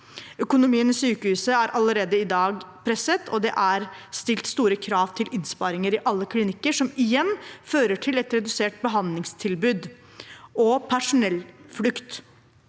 Økonomien i sykehuset er allerede i dag svært presset, og det er stilt store krav til innsparinger i alle klinikker som igjen fører til et redusert behandlingstilbud og personellflukt.